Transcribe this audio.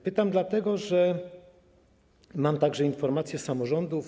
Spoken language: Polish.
Pytam, dlatego że mam także informację z samorządów.